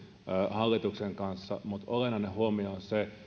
hallituksen kanssa mutta olennainen huomio on se